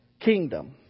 kingdom